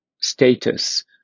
status